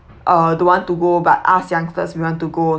uh don't want to go but us youngsters we want to go